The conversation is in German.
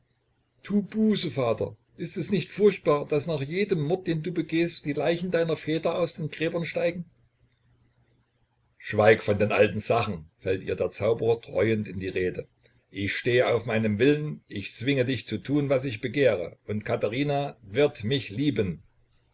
tu buße vater ist es nicht furchtbar daß nach jedem mord den du begehst die leichen deiner väter aus den gräbern steigen schweig von den alten sachen fällt ihr der zauberer dräuend in die rede ich steh auf meinem willen ich zwinge dich zu tun was ich begehre und katherina wird mich lieben